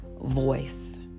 voice